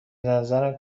نظرم